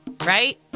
Right